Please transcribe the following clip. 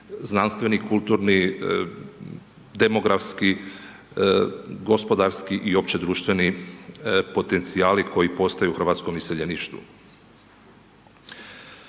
znanstveni, kulturni, demografski, gospodarski i opći društveni potencijali koji postoje u hrvatskom iseljeništvu.